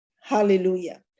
hallelujah